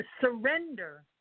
surrender